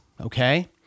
okay